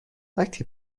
وقتی